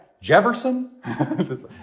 Jefferson